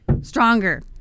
Stronger